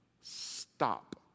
stop